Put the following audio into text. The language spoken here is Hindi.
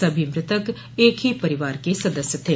सभी मृतक एक ही परिवार के सदस्य थे